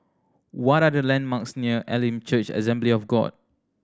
what are the landmarks near Elim Church Assembly of God